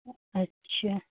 अच्छा